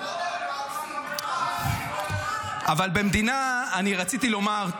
דיברת על הפרוקסי ------ אני רציתי לומר,